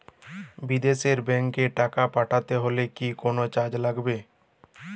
বিদেশের ব্যাংক এ টাকা পাঠাতে হলে কি কোনো চার্জ লাগবে?